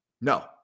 No